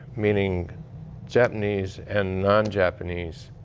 meaning japanese and nonjapanese,